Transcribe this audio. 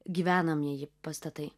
gyvenamieji pastatai